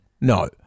no